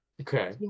Okay